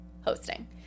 hosting